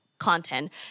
content